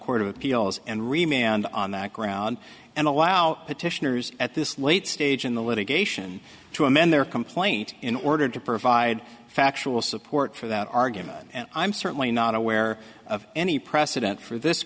court of appeals and remain and on that ground and allow petitioners at this late stage in the litigation to amend their complaint in order to provide factual support for that argument and i'm certainly not aware of any precedent for this